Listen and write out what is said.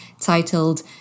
titled